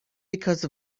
because